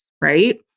right